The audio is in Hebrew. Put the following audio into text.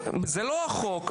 זה לא החוק.